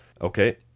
Okay